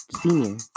senior